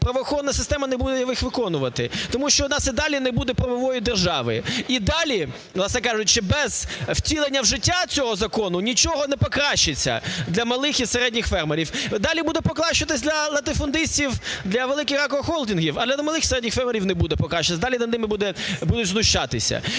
правоохоронна система не буде їх виконувати, тому що у нас і далі не буде правової держави і далі, власне кажучи, без втілення в життя цього закону нічого не покращиться для малих і середніх фермерів. Далі буде покращуватись для латифундистів, для великих агрохолдингів, а для малих і середніх фермерів не буде покращуватись, далі над ними буде… будуть знущатися.